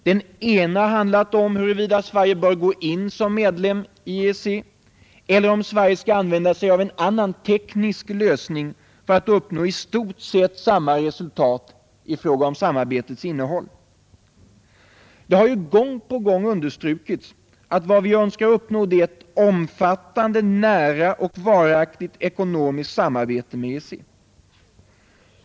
Den ena har handlat om huruvida Sverige bör gå in som medlem i EEC eller om Sverige skall använda sig av en annan teknisk lösning för att uppnå i stort sett samma resultat i fråga om samarbetets innehåll. Det har ju gång på gång understrukits att vad vi önskar är ett omfattande, nära och varaktigt ekonomiskt samarbete med EEC.